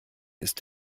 ist